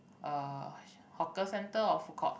uh hawker centre or food court